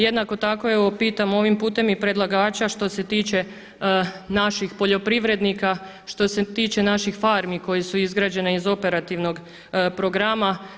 Jednako tako pitam ovim putem i predlagača što se tiče naših poljoprivrednika, što se tiče naših farmi koje su izgrađene iz operativnog programa.